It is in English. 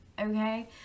Okay